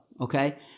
Okay